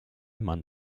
mann